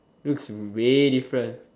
looks way different